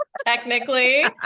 Technically